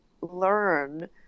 learn